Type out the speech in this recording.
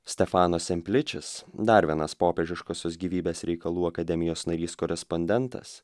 stefano sempličis dar vienas popiežiškosios gyvybės reikalų akademijos narys korespondentas